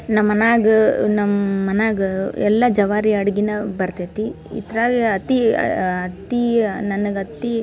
ನಮ್ಮ ಮನೆಯಾಗ್ ನಮ್ಮ ಮನೆಯಾಗ ಎಲ್ಲ ಜವಾರಿ ಅಡ್ಗೆಯೇ ಬರ್ತದೆ ಇದರಾಗ ಅತಿ ಅತೀ ನನಗೆ ಅತೀ